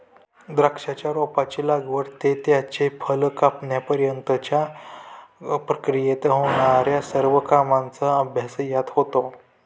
द्राक्षाच्या रोपाची लागवड ते त्याचे फळ कापण्यापर्यंतच्या प्रक्रियेत होणार्या सर्व कामांचा अभ्यास यात होतो